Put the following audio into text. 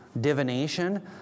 divination